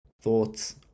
thoughts